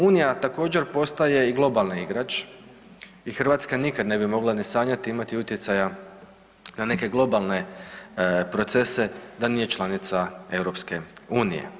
Unija također postaja i globalni igrač i Hrvatska nikad ne bi mogla ni sanjati imati utjecaja na neke globalne procese da nije članica EU.